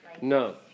No